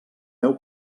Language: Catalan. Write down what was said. heu